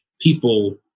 people